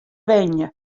wenje